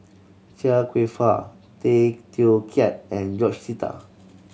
Chia Kwek Fah Tay Teow Kiat and George Sita